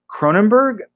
Cronenberg